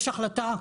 יש החלטה,